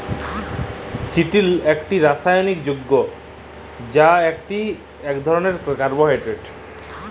চিটিল ইকট রাসায়লিক যগ্য যেট ইক ধরলের কার্বোহাইড্রেট